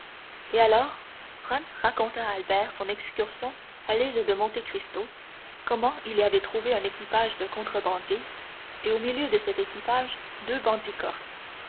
et alors franz raconta à albert son excursion à l'île de monte cristo comment il y avait trouvé un équipage de contrebandiers et au milieu de cet équipage deux bandits corses